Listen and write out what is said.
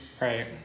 right